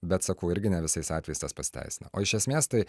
bet sakau irgi ne visais atvejais tas pasiteisina o iš esmės tai